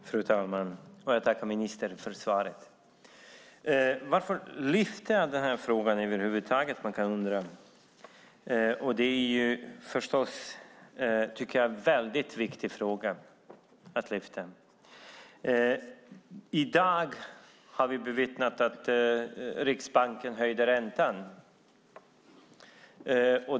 Fru talman! Jag tackar ministern för svaret. Man kan undra varför jag lyfter fram den här frågan över huvud taget. Det är förstås en väldigt viktig fråga att lyfta fram. I dag har vi bevittnat att Riksbanken höjde räntan.